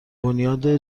بنیاد